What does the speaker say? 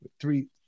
three